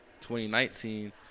2019 –